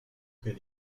créer